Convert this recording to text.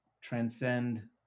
transcend